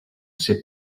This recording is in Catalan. ser